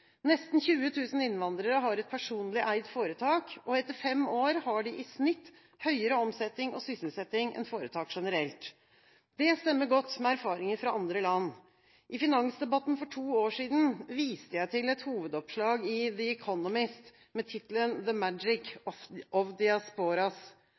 Nesten 20 000 innvandrere har et personlig eid foretak, og etter fem år har de i snitt høyere omsetning og sysselsetting enn foretak generelt. Det stemmer godt med erfaringer fra andre land. I finansdebatten for to år siden viste jeg til et hovedoppslag i The Economist med tittelen